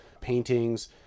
paintings